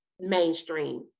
mainstream